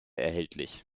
erhältlich